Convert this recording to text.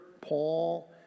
Paul